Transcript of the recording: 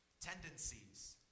tendencies